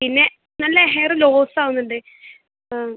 പിന്നെ നല്ല hair loss ആവുന്നണ്ട് ആ